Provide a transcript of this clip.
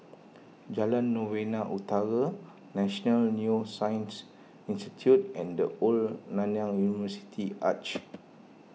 Jalan Novena Utara National Neuroscience Institute and the Old Nanyang University Arch